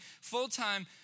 full-time